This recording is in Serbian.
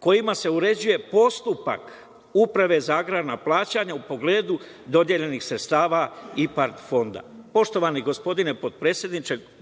kojima se uređuje postupak Uprave za agrarna plaćanja u pogledu dodeljenih sredstava IPARD